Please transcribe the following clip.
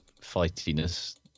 fightiness